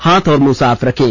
हाथ और मुंह साफ रखें